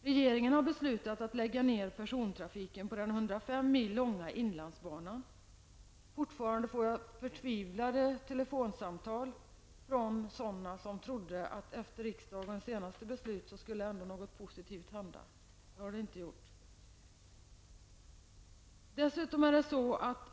Regeringen har beslutat att lägga ned persontrafiken på den 105 mil långa inlandsbanan. Jag får fortfarande telefonsamtal från förtvivlade människor som trodde att något positivt ändå skulle hända efter riksdagens senaste beslut. Men det har det inte gjort.